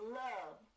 love